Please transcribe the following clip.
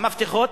המפתחות,